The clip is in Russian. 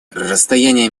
расстояние